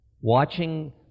Watching